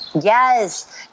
Yes